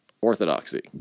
orthodoxy